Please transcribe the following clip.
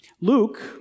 Luke